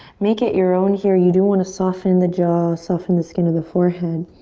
make it your own here. you do want to soften the jaw, soften the skin of the forehead.